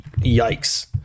yikes